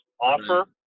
Offer